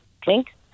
drink